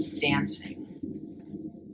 dancing